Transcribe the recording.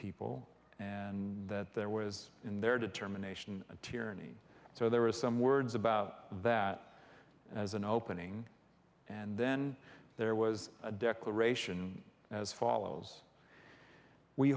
people and that there was in their determination a tyranny so there was some words about that as an opening and then there was a declaration as follows we